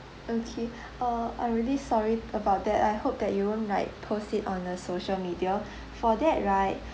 okay uh I'm really sorry about that I hope that you won't like post it on uh social media for that right